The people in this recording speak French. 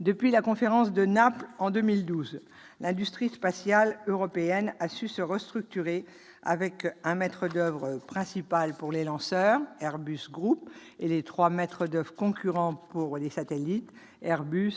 Depuis la conférence de Naples, en 2012, l'industrie spatiale européenne a su se structurer, avec un maître d'oeuvre principal pour les lanceurs, Airbus Group, et trois maîtres d'oeuvre concurrents pour les satellites, Airbus,